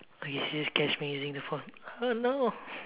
okay she just catch me using the phone oh no